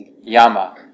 yama